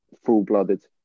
full-blooded